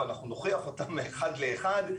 ואנחנו נוכיח אותם אחד לאחד,